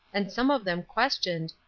and some of them questioned,